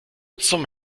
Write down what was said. zum